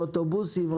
אם זה אוטובוסים,